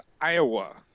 Iowa